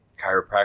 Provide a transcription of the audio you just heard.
chiropractor